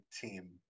team